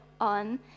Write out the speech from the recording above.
on